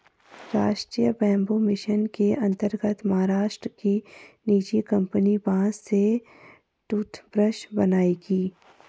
राष्ट्रीय bamboo mission के अंतर्गत महाराष्ट्र की निजी कंपनी बांस से टूथब्रश बनाएगी